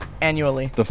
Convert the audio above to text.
annually